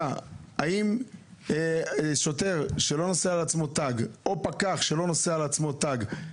האם יש איזשהו עונש בחוק לשוטר או לפקח שלא נושאים עליהם תג?